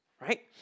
right